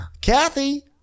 Kathy